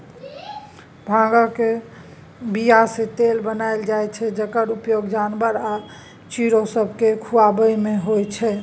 भांगक बीयासँ तेल बनाएल जाइ छै जकर उपयोग जानबर आ चिड़ैं सबकेँ खुआबैमे होइ छै